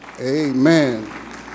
Amen